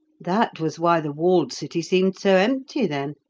that was why the walled city seemed so empty, then.